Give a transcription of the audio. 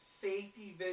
safety